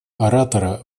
оратора